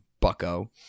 bucko